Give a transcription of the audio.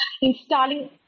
installing